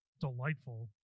delightful